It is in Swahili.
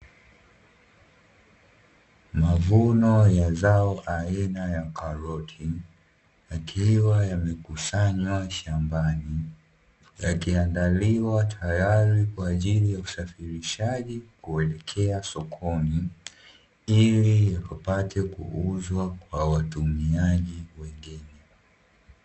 Mavuno ya zao aina ya karoti yakiwa yamekusanywa shambani, yakiandaliwa tayari kwa ajili ya usafirishaji kuelekea sokoni, ili ipate kuuzwa kwa watumiaji wengine.